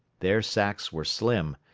their sacks were slim,